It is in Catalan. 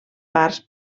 parts